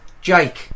Jake